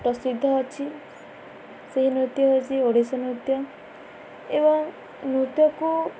ପ୍ରସିଦ୍ଧ ଅଛି ସେହି ନୃତ୍ୟ ହେଉଛି ଓଡ଼ିଶୀ ନୃତ୍ୟ ଏବଂ ନୃତ୍ୟକୁ